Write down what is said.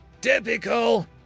Typical